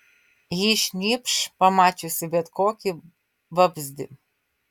ji šnypš pamačiusi bet kokį vabzdį